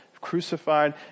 crucified